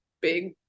big